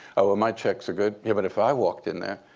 oh, well, my checks are good. yeah but if i walked in there,